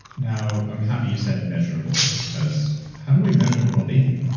now, i'm happy you said measurable because how do we measure wellbeing?